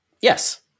Yes